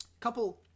Couple